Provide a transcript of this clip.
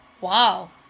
Wow